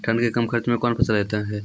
ठंड मे कम खर्च मे कौन फसल होते हैं?